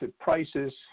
prices